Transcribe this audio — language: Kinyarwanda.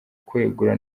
kwegura